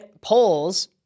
polls